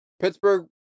Pittsburgh